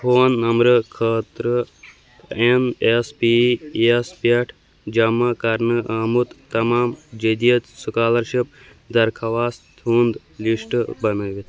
phone نمبرٕ خٲطرٕ N S P یَس پٮ۪ٹھ جمع کَرنہٕ آمُت تمام جدیٖد سُکالرشِپ درخواستن ہُنٛد لِسٹ بنٲوِتھ